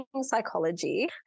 psychology